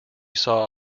saw